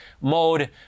mode